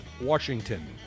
Washington